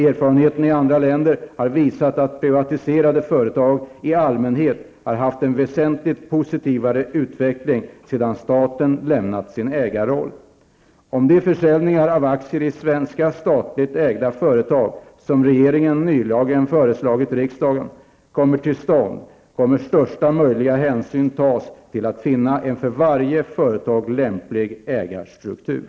Erfarenheter i andra länder har visat att privatiserade företag i allmänhet har haft en väsentligt positivare utveckling sedan staten lämnat sin ägarroll. Om de försäljningar av aktier i svenska statligt ägda företag som regeringen nyligen föreslagit riksdagen kommer till stånd, kommer största möjliga hänsyn att tas för att finna en för varje företag lämplig ägarstruktur.